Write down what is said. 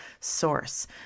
source